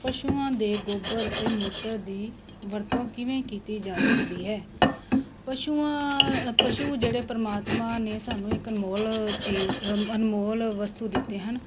ਪਸ਼ੂਆਂ ਦੇ ਗੋਬਰ ਅਤੇ ਮੂਤਰ ਦੀ ਵਰਤੋਂ ਕਿਵੇਂ ਕੀਤੀ ਜਾ ਸਕਦੀ ਹੈ ਪਸ਼ੂਆਂ ਪਸ਼ੂ ਜਿਹੜੇ ਪਰਮਾਤਮਾ ਨੇ ਸਾਨੂੰ ਇੱਕ ਅਨਮੋਲ ਚੀ ਅ ਅਨਮੋਲ ਵਸਤੂ ਦਿੱਤੇ ਹਨ